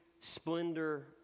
splendor